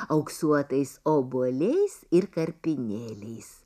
auksuotais obuoliais ir karpinėliais